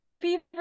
fever